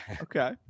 Okay